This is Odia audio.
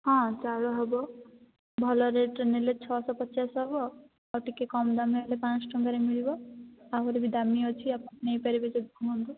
ହଁ ଚାଉଳ ହେବ ଭଲ ରେଟ୍ରେ ନେଲେ ଛଅଶହ ପଚାଶ ହେବ ଆଉ ଟିକିଏ କମ୍ ଦାମ୍ ହେଲେ ପାଞ୍ଚଶହ ଟଙ୍କାରେ ମିଳିବ ଆହୁରି ବି ଦାମୀ ଅଛି ଆପଣ ନେଇ ପାରିବେ ଯଦି କୁହନ୍ତୁ